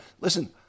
Listen